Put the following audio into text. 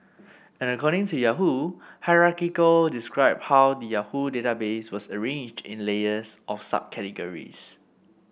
and according to Yahoo hierarchical described how the Yahoo database was arranged in layers of subcategories